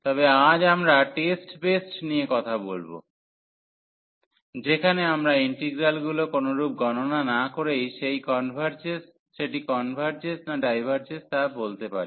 তবে আজ আমরা টেস্ট বেসড নিয়ে কথা বলব যেখানে আমরা ইন্টিগ্রালগুলো কোনরূপ গণনা না করেই সেটি কনভার্জস না ডাইভার্জস তা বলতে পারি